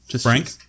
Frank